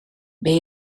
ben